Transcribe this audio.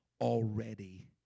already